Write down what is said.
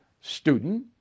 student